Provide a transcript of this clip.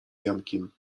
jankiem